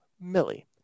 Millie